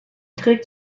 trägt